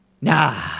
nah